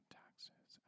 taxes